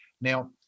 Now